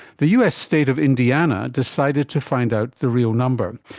the us state of indiana decided to find out the real number.